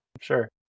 Sure